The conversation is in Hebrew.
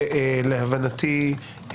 להבנתי,